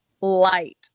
light